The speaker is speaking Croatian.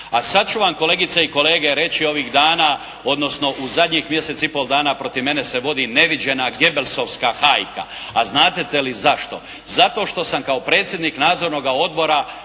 A sada ću vam kolegice i kolege reći, ovih dana, odnosno u zadnjih mjesec i pol dana protiv mene se vodi neviđena gebelsovska hajka, a znadete li zašto? Zato što sam kao predsjednik nadzornoga odbora